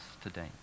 today